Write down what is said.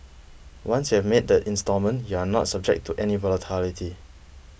once you have made the instalment you are not subject to any volatility